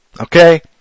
Okay